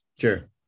Sure